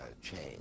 change